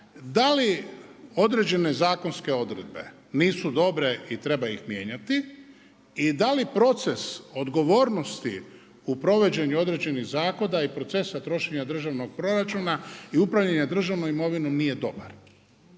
da li određene zakonske odredbe nisu dobre i treba ih mijenjati i da li proces odgovornosti u provođenju određenih zakona i procesa trošenja državnog proračuna i upravljanja državnom imovinom nije dobar.